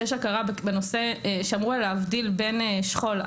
שיש הכרה בנושא שאמור להבדיל בין שכול.